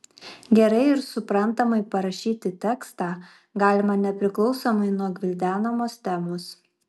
gerai ir suprantamai parašyti tekstą galima nepriklausomai nuo gvildenamos temos